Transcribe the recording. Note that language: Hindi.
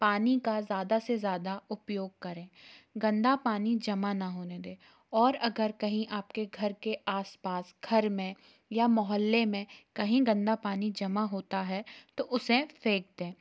पानी का ज़्यादा से ज़्यादा उपयोग करें गंदा पानी जमा ना होने दें और अगर कहीं आपके घर के आस पास घर में या मोहल्ले में कहीं गंदा पानी जमा होता है तो उसे फेंक दें